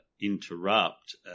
interrupt